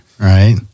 Right